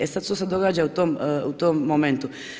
E sad što se događa u tom momentu?